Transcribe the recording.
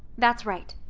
that's right.